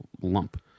lump